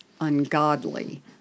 ungodly